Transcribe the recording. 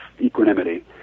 equanimity